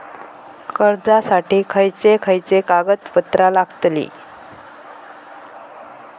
कर्जासाठी खयचे खयचे कागदपत्रा लागतली?